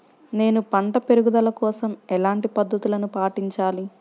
నేను పంట పెరుగుదల కోసం ఎలాంటి పద్దతులను పాటించాలి?